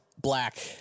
Black